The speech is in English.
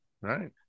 right